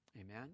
amen